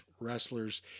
wrestlers